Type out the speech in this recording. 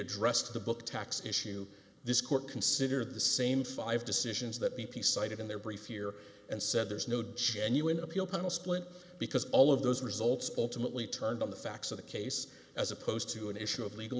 addressed in the book tax issue this court consider the same five decisions that b p cited in their brief here and said there's no genuine appeal panel split because all of those results ultimately turned on the facts of the case as opposed to an issue of legal